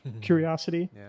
curiosity